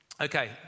Okay